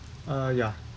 uh ya